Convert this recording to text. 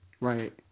Right